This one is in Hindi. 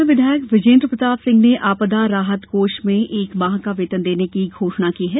पन्ना विधायक बुजेन्द्र प्रताप सिंह ने आपदा राहत कोष में एक माह का वेतन देने की घोषणा की है